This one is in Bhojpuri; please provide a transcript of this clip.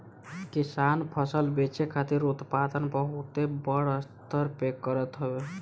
किसान फसल बेचे खातिर उत्पादन बहुते बड़ स्तर पे करत हवे